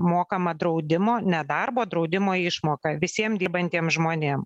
mokama draudimo nedarbo draudimo išmoka visiem dirbantiem žmonėm